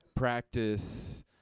Practice